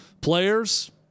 players